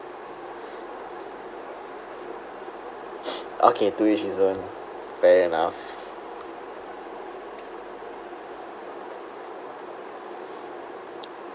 okay to each his own fair enough